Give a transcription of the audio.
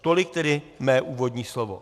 Tolik tedy mé úvodní slovo.